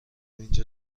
اینجا